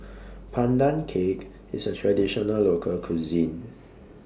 Pandan Cake IS A Traditional Local Cuisine